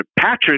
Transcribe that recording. Patrick